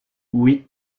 oui